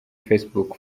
facebook